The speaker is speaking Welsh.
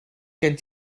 gen